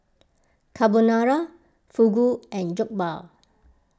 Carbonara Fugu and Jokbal